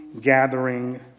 gathering